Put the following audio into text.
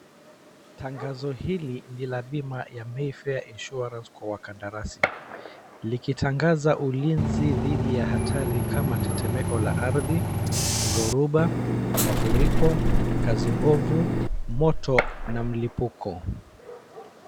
Tangazo hili ni la bima ya MAYFAIR INSURANCE kwa wakadarasi likitangaza ulinzi dhidi ya hatari kama tetemeko la ardhi, dhoruba, mafuriko, kazi mbovu, moto na mlipuko.